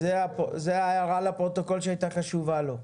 זו ההערה לפרוטוקול שהייתה חשובה לו.